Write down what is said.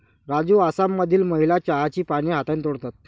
राजू आसाममधील महिला चहाची पाने हाताने तोडतात